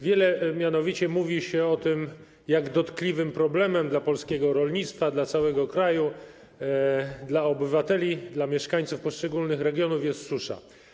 Wiele mianowicie mówi się o tym, jak dotkliwym problemem dla polskiego rolnictwa, dla całego kraju, dla obywateli, dla mieszkańców poszczególnych regionów jest susza.